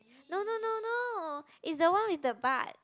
no no no no is the one with the butt